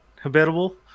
habitable